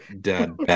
dad